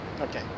okay